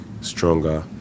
stronger